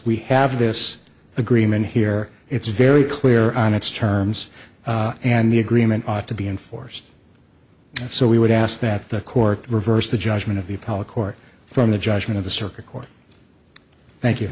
we have this agreement here it's very clear on its terms and the agreement ought to be enforced so we would ask that the court reverse the judgment of the polock or from the judgment of the circuit court thank you